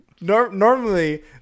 normally